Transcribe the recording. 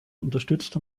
unterstützt